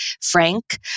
Frank